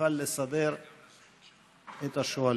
שאוכל לסדר את השואלים.